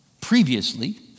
Previously